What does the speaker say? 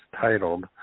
titled